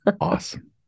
Awesome